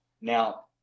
Now